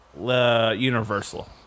Universal